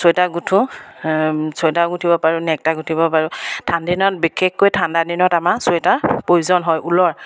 sweater গোঁঠোঁ চৈটা গুঠিব পাৰোঁ নেক্টা গোঁঠিব পাৰোঁ ঠাণ্ডা দিনত বিশেষকৈ ঠাণ্ডা দিনত আমাৰ চুৱেটাৰ প্ৰয়োজন হয় ঊলৰ